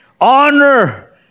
Honor